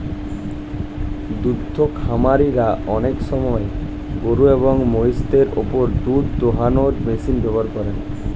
দুদ্ধ খামারিরা অনেক সময় গরুএবং মহিষদের ওপর দুধ দোহানোর মেশিন ব্যবহার করেন